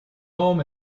home